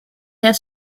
have